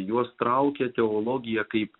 juos traukia teologija kaip